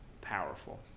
powerful